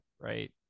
right